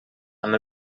amb